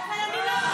ביותר.